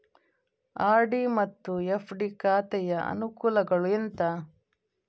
RD ಮತ್ತು FD ಖಾತೆಯ ಅನುಕೂಲಗಳು ಎಂತ?